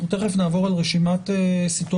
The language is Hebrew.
אנחנו תכף נעבור על רשימת סיטואציות,